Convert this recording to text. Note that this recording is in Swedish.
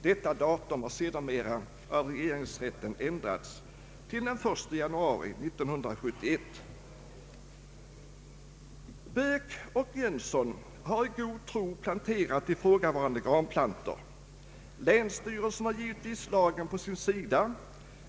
Detta datum har sedermera av regeringsrätten ändrats till den 1 januari 1971. Böök och Jönsson har i god tro planterat ifrågavarande granplantor. Länsstyrelsen har givetvis lagen på sin sida.